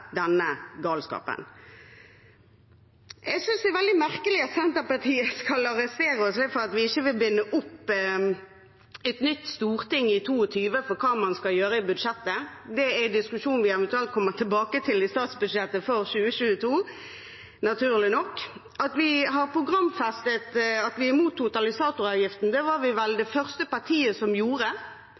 denne galskapen, ansvarlige. Jeg synes det er veldig merkelig at Senterpartiet skal arrestere oss for at vi ikke vil binde opp et nytt storting til hva man skal gjøre i budsjettet for 2022. Det er en diskusjon vi eventuelt kommer tilbake til i forbindelse med statsbudsjettet for 2022, naturlig nok. Vi har programfestet at vi er imot totalisatoravgiften, det var vel vi det første partiet som gjorde.